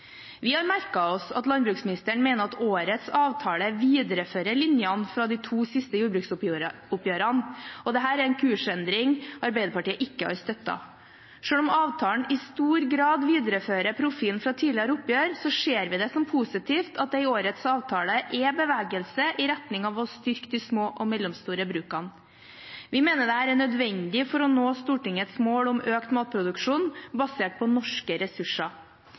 Vi har merket oss at landbruksministeren mener at årets avtale viderefører linjene fra de to siste jordbruksoppgjørene, og dette er en kursendring Arbeiderpartiet ikke har støttet. Selv om avtalen i stor grad viderefører profilen fra tidligere oppgjør, ser vi det som positivt at det i årets avtale er bevegelse i retning av å styrke de små og mellomstore brukene. Vi mener det er nødvendig for å nå Stortingets mål om økt matproduksjon basert på norske ressurser.